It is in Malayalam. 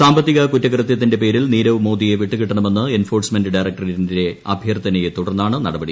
സാമ്പത്തിക കുറ്റകൃതൃത്തിന്റെ പേരിൽ നീരവ് മോദിയെ വിട്ടുകിട്ടണമെന്ന് എൻഫോഴ്സ്മെന്റ് ഡയറക്ടറേറ്റിന്റെ അഭ്യർത്ഥനയെ തുടർന്നാണ് നടപടി